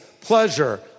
pleasure